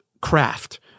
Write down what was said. Craft